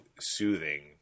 soothing